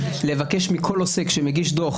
לבקש מכל עוסק שמגיש דו"ח,